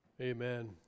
Amen